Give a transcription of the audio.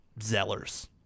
Zellers